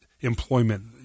employment